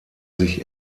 sich